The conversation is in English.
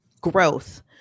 growth